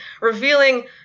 revealing